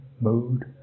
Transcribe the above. mood